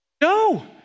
No